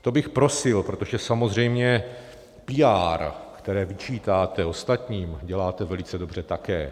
To bych prosil, protože samozřejmě píár, které vyčítáte ostatním, děláte velice dobře také.